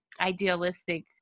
idealistic